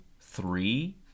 three